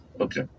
Okay